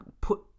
put